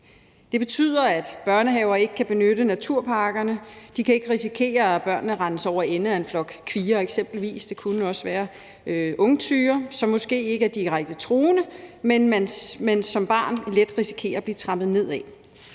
Det betyder, at børnehaver ikke kan benytte naturparkerne. De kan ikke risikere, at børnene rendes over ende af eksempelvis en flok kvier, eller det kunne også være ungtyre, som måske ikke er direkte truende, men som man som barn let risikerer at blive trampet ned af.